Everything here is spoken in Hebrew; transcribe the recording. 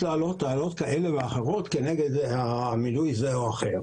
להעלות טענות כאלה ואחרות כנגד מינוי זה או אחר.